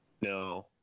No